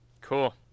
Cool